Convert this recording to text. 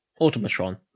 automatron